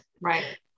Right